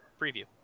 preview